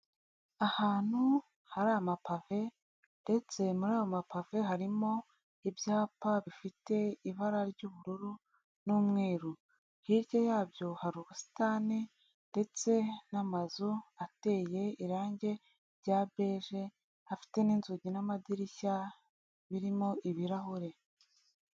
Ahantu hari amapave ndetse muri ayo mapave harimo ibyapa bifite ibara ry'ubururu n'umweru, hirya yabyo hari ubusitani ndetse n'amazu ateye irange rya beje afite n'inzugi n'amadirishya birimo ibirahure.